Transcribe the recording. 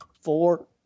four